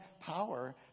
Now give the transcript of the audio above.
power